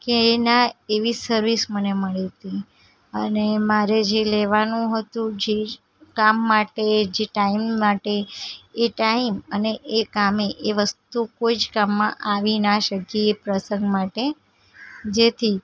કે ના એવી સર્વિસ મને મળી હતી અને મારે જે લેવાનું હતું જે કામ માટે જે ટાઈમ માટે એ ટાઈમ અને એ કામે એ વસ્તુ કોઈ જ કામમાં આવી ન શકી એ પ્રસંગ માટે જેથી